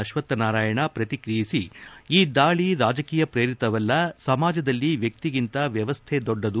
ಅಶ್ವಕ್ಕನಾರಾಯಣ ಪ್ರತಿಕ್ರಿಯಿಸಿ ಈ ದಾಳಿ ರಾಜಕೀಯ ಶ್ರೇರಿತವಲ್ಲ ಸಮಾಜದಲ್ಲಿ ವಕ್ಷಿಗಿಂತ ವ್ಯವಸ್ಥೆ ದೊಡ್ಡದು